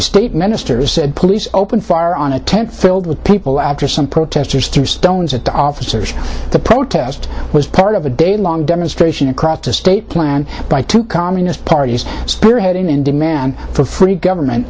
estate ministers said police opened fire on a tent filled with people after some protesters threw stones at the officers the protest was part of a day long demonstration across the state planned by two communist parties spearheading in demand for free government